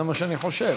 זה מה שאני חושב.